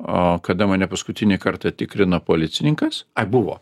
o kada mane paskutinį kartą tikrino policininkas a buvo